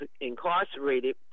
incarcerated